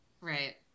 Right